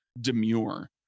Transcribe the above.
demure